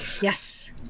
yes